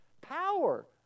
power